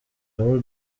raúl